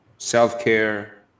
self-care